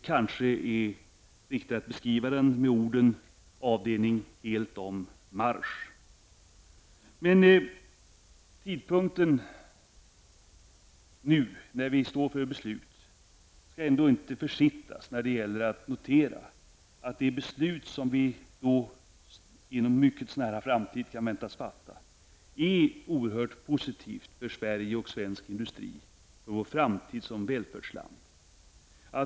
Kanske är det riktigt att beskriva den med orden: Avdelning helt om marsch! Men när vi nu står inför ett beslut skall vi inte försitta tillfället att notera att det beslut som vi inom en mycket nära framtid kan väntas fatta är oerhört positivt för Sverige och svensk industri och för landets framtid som välfärdsland.